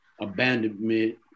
abandonment